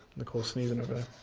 nicole's sneezin' over there.